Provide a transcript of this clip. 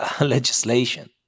legislation